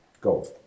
go